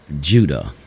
Judah